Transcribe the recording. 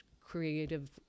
creative